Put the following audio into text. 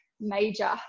major